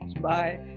Bye